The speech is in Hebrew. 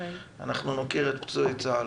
אנחנו נוקיר את פצועי צה"ל.